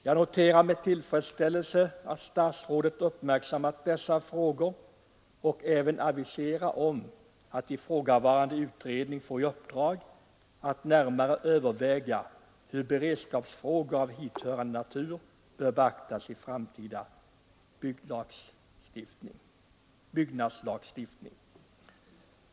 Jag noterar med tillfredsställelse att statsrådet uppmärksammat dessa frågor och även aviserar att ifrågavarande utredning får i uppdrag att närmare överväga hur beredskapsfrågor av hithörande natur bör beaktas i framtida byggnadslagstiftning.